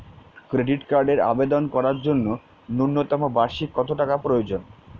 Credit কার্ডের আবেদন করার জন্য ন্যূনতম বার্ষিক কত টাকা প্রয়োজন?